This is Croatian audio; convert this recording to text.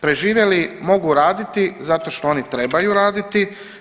Preživjeli mogu raditi zato što oni trebaju raditi.